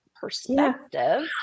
perspective